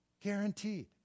guaranteed